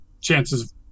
chances